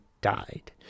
died